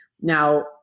now